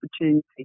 opportunity